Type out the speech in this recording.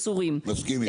מסכים אתך.